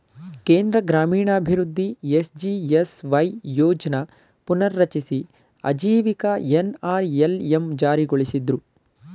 ಕೇಂದ್ರ ಗ್ರಾಮೀಣಾಭಿವೃದ್ಧಿ ಎಸ್.ಜಿ.ಎಸ್.ವೈ ಯೋಜ್ನ ಪುನರ್ರಚಿಸಿ ಆಜೀವಿಕ ಎನ್.ಅರ್.ಎಲ್.ಎಂ ಜಾರಿಗೊಳಿಸಿದ್ರು